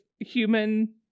human